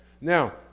Now